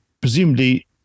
Presumably